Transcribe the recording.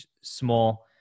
small